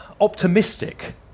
optimistic